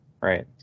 Right